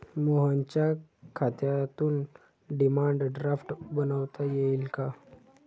मोहनच्या खात्यातून demand draft बनवता येईल का?